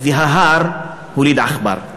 וההר הוליד עכבר.